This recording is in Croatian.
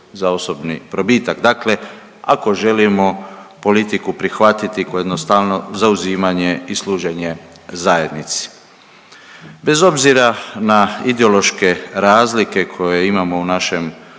za osobni probitak, dakle ako želimo politiku prihvatiti kao jednostavno zauzimanje i služenje zajednici. Bez obzira na ideološke razlike koje imamo u našem